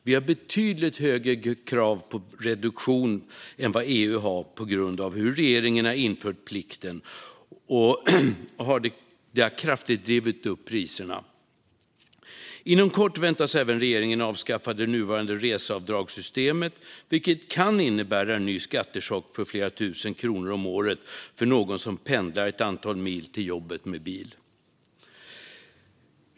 Vi har betydligt högre krav på reduktion än vad EU har på grund av hur regeringen har infört plikten, och detta har kraftigt drivit upp priserna. Inom kort väntas regeringen även avskaffa det nuvarande reseavdragssystemet, vilket kan innebära en ny skattechock på flera tusen kronor om året för någon som pendlar ett antal mil till jobbet med bil.